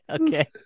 Okay